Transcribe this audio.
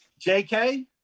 JK